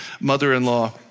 mother-in-law